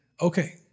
okay